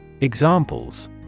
Examples